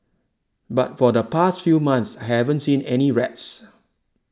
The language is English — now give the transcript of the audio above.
but for the past few months haven't seen any rats